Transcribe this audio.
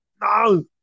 No